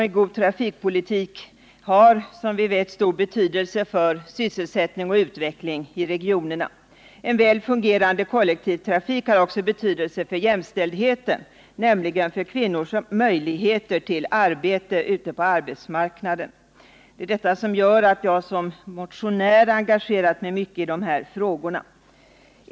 En god trafikpolitik har, som vi vet, stor betydelse för sysselsättning och utveckling i regionerna. En väl fungerande kollektivtrafik har också betydelse för jämställdheten, nämligen för kvinnors möjlighet till arbete ute på arbetsmarknaden. Det är detta som gör att jag som motionär har engagerat mig mycket i de här frågorna.